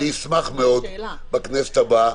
אני אשמח מאוד בכנסת הבאה